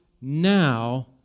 now